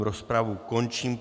Rozpravu končím.